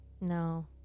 No